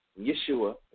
Yeshua